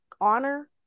honor